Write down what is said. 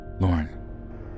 Lauren